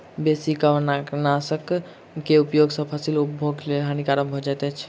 बेसी कवकनाशक के उपयोग सॅ फसील उपभोगक लेल हानिकारक भ जाइत अछि